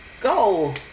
go